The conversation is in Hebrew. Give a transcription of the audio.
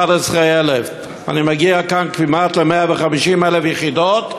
11,000. אני מגיע כאן כמעט ל-150,000 יחידות.